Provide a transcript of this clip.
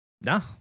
No